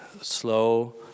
slow